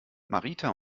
marita